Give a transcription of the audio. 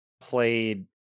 played